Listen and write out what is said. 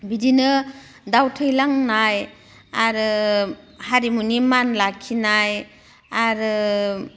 बिदिनो दाउ थै लोंनाय आरो हारिमुनि मान लाखिनाय आरो